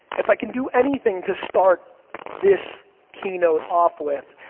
if i can do anything to start this keynote off with,